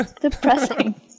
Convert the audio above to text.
Depressing